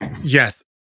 Yes